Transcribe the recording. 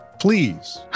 Please